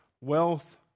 wealth